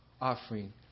offering